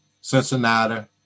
Cincinnati